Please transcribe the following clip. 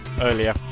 earlier